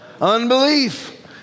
unbelief